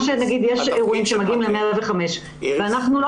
יש למשל אירועים שמגיעים ל-105 ואנחנו לא